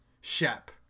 Shep